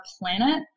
planet